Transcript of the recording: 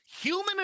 human